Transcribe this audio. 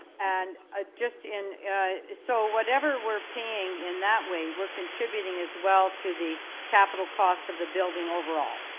and ah just in so whatever we're paying in that way, we're contributing as well to the capital costs of the building overall?